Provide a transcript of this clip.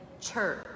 church